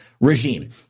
regime